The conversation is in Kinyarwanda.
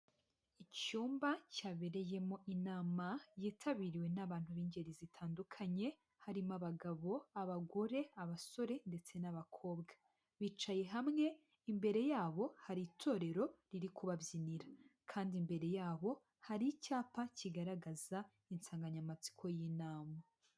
Icyumba cyabereyemo inama yitabiriwe n'abantu b'ingeri zitandukanye harimo abagabo, abagore, abasore ndetse n'abakobwa. Bicaye hamwe imbere yabo hari itorero riri kubabyinira kandi imbere yaho hari icyapa kigaragaza insanganyamatsiko y'inama.